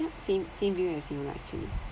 same same view as you lah actually